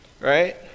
right